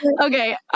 Okay